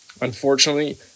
Unfortunately